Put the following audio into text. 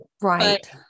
Right